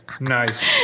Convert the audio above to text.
Nice